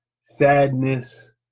sadness